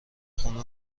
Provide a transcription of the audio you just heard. خونه